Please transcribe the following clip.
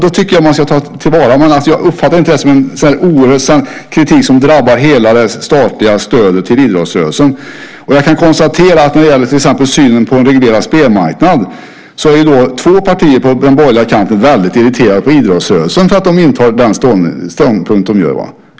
Det tycker jag att man ska ta till vara. Men jag uppfattar inte det som en sådan oerhörd kritik som drabbar hela det statliga stödet till idrottsrörelsen. Och jag kan konstatera att när det gäller till exempel synen på en reglerad spelmarknad är två partier på den borgerliga kanten väldigt irriterade på idrottsrörelsen för att den intar den ståndpunkt den gör.